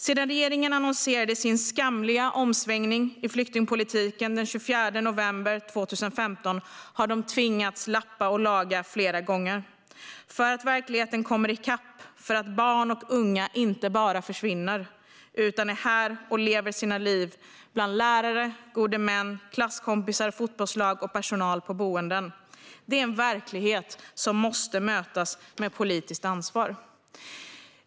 Sedan regeringen annonserade sin skamliga omsvängning i flyktingpolitiken den 24 november 2015 har de tvingats lappa och laga flera gånger för att verkligheten kommer i kapp och för att barn och unga inte bara försvinner utan är här och lever sina liv bland lärare, gode män, klasskompisar, fotbollslag och personal på boenden. Det är en verklighet som måste mötas med politiskt ansvar.